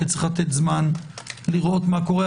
כי צריך לתת זמן לראות מה קורה,